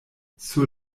sur